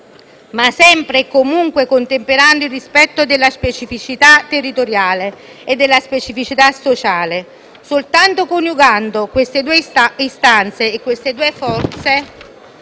ma sempre e comunque contemperando il rispetto delle specificità territoriali e sociali. Soltanto coniugando queste due istanze e queste due forze,